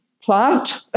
Plant